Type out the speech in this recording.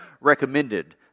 recommended